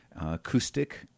acoustic